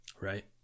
Right